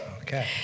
Okay